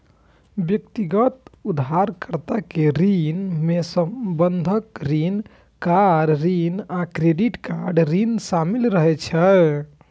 व्यक्तिगत उधारकर्ता के ऋण मे बंधक ऋण, कार ऋण आ क्रेडिट कार्ड ऋण शामिल रहै छै